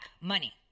money